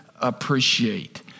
appreciate